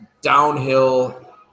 downhill